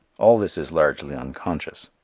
all this is largely unconscious.